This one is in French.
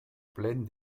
plaine